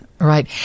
Right